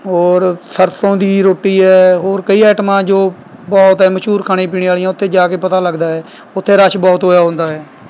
ਹੋਰ ਸਰਸੋਂ ਦੀ ਰੋਟੀ ਹੈ ਹੋਰ ਕਈ ਆਈਟਮਾਂ ਜੋ ਬਹੁਤ ਹੈ ਮਸ਼ਹੂਰ ਖਾਣੇ ਪੀਣੇ ਵਾਲੀਆਂ ਉੱਥੇ ਜਾ ਕੇੇ ਪਤਾ ਲੱਗਦਾ ਹੈ ਉੱਥੇ ਰਸ਼ ਬਹੁਤ ਹੋਇਆ ਹੁੰਦਾ ਹੈ